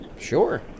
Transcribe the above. Sure